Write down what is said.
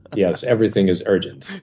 yes, everything is urgent.